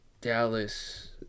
Dallas